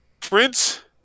Prince